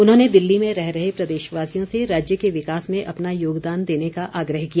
उन्होंने दिल्ली में रह रहे प्रदेशवासियों से राज्य के विकास में अपना योगदान देने का आग्रह किया